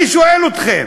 אני שואל אתכם